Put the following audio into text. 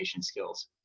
skills